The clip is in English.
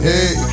Hey